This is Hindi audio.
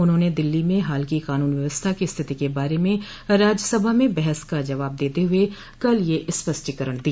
उन्होंने दिल्ली में हाल की कानून व्यवस्था की स्थिति के बारे में राज्यसभा में बहस का जवाब देते हुए कल यह स्पष्टीकरण दिया